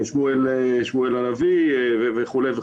שמואל הנביא וכולי.